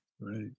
Right